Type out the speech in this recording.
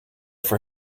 for